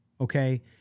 Okay